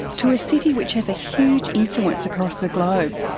to a city which has a huge influence across the globe.